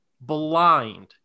blind